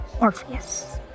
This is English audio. Orpheus